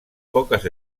poques